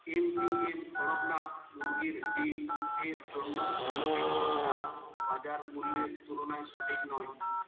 M P M Kadaknath মুরগির ডিম এর জন্য উল্লিখিত দাম বাজার মূল্যের তুলনায় সঠিক নয়